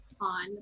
on